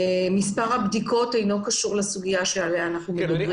מספר הבדיקות אינו קשור לסוגיה שעליה אנחנו מדברים.